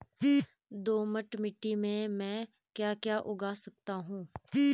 दोमट मिट्टी में म ैं क्या क्या उगा सकता हूँ?